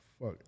fuck